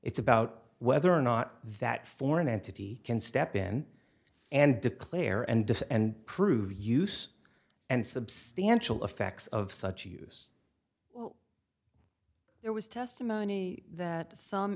it's about whether or not that foreign entity can step in and declare and and prove use and substantial effects of such use there was testimony that some